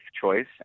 choice